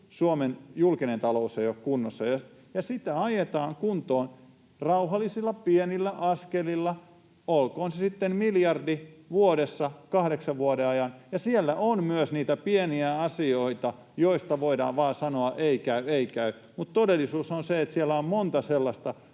Suomen julkinen talous ei ole kunnossa, ja sitä ajetaan kuntoon rauhallisilla, pienillä askelilla, olkoon se sitten vaikka miljardi vuodessa kahdeksan vuoden ajan, ja siellä on myös niitä pieniä asioita, joista voidaan vain sanoa ei käy, ei käy, ja todellisuus on, että siellä on monta sellaista,